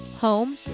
home